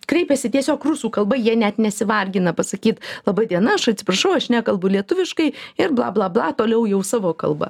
kreipiasi tiesiog rusų kalba jie net nesivargina pasakyt laba diena aš atsiprašau aš nekalbu lietuviškai ir blablabla toliau jau savo kalba